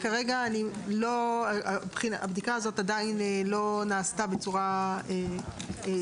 כרגע הבדיקה הזאת לא נעשתה עדיין בצורה שיטתית,